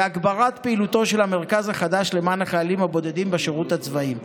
והגברת פעילותו של המרכז החדש למען החיילים הבודדים בשירות הצבאי.